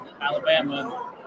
Alabama